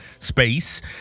space